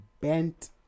bent